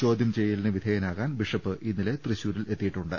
ചോദ്യം ചെയ്യലിന് വിധേയനാകാൻ ബിഷപ്പ് ഇന്നലെ തൃശൂരിൽ എത്തി യിട്ടുണ്ട്